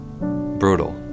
brutal